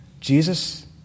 Jesus